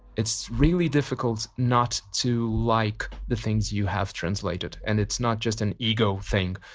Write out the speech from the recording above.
it's really difficult not to like the things you have translated, and it's not just an ego thing.